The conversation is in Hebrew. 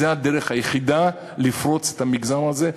זו הדרך היחידה לפרוץ את המחסום הזה.